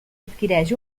adquireix